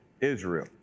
Israel